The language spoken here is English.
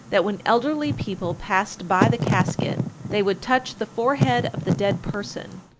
that when elderly people passed by the casket they would touch the forehead of the dead person.